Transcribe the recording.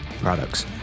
products